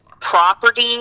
property